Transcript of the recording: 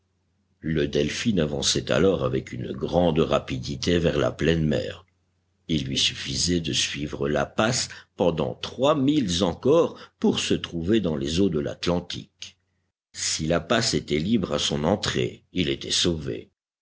le delphin avançait alors avec une grande rapidité vers la pleine mer il lui suffisait de suivre la passe pendant trois milles encore pour se trouver dans les eaux de l'atlantique si la passe était libre à son entrée il était sauvé